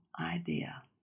idea